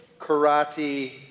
karate